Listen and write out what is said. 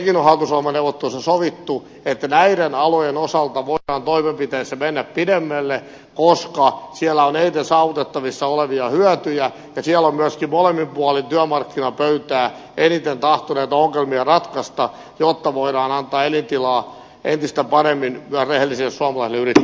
sekin on hallitusohjelmaneuvotteluissa sovittu että näiden alojen osalta voidaan toimenpiteissä mennä pidemmälle koska siellä on eniten saavutettavissa olevia hyötyjä ja siellä on myöskin molemmin puolin työmarkkinapöytää eniten tahtoa näitä ongelmia ratkaista jotta voidaan antaa elintilaa entistä paremmin myös rehellisille suomalaisille yrittäjille